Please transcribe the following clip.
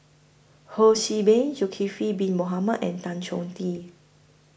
Ho See Beng Zulkifli Bin Mohamed and Tan Chong Tee